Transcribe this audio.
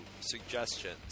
suggestions